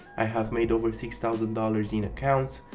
i have made over six thousand dollars in accounts,